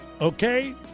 okay